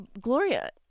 gloria